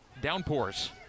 downpours